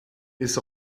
ist